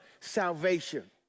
salvation